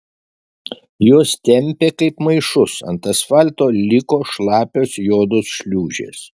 juos tempė kaip maišus ant asfalto liko šlapios juodos šliūžės